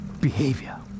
behavior